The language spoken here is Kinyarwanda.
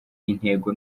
intego